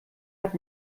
hat